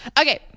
Okay